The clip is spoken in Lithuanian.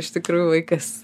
iš tikrųjų vaikas